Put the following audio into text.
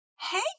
Hey